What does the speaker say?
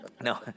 No